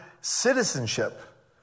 citizenship